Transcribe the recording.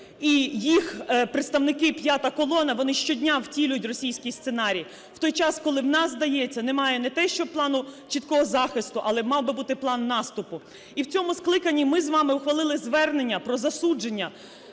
і їх представники, "п'ята колона", вони щодня втілюють російський сценарій. В той час, коли в нас, здається, немає не те що плану чіткого захисту, але мав би бути план наступу. І в цьому скликанні ми з вами ухвалили звернення про засудження